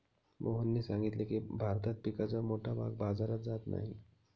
मोहनने सांगितले की, भारतात पिकाचा मोठा भाग बाजारात जात नाही